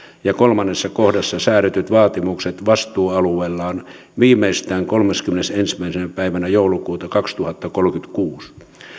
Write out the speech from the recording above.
ja kolme kohdassa säädetyt vaatimukset vastuualueellaan viimeistään kolmantenakymmenentenäensimmäisenä päivänä joulukuuta kaksituhattakolmekymmentäkuusi